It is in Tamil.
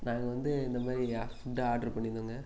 நாங்கள் வந்து இந்த மாதிரி ஃபுட்டு ஆர்ட்ரு பண்ணியிருந்தோங்க